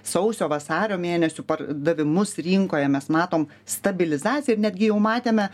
sausio vasario mėnesių pardavimus rinkoje mes matom stabilizaciją ir netgi jau matėme